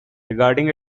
regarding